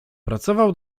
pracował